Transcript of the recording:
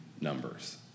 numbers